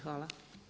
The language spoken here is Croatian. Hvala.